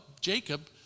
Jacob